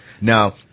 now